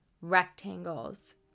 rectangles